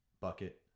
bucket